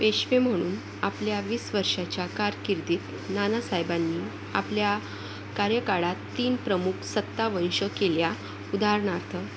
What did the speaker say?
पेशवे म्हणून आपल्या वीस वर्षाच्या कारकिर्दीत नानासाहेबांनी आपल्या कार्यकाळात तीन प्रमुख सत्ता वश केल्या उदाहरणार्थ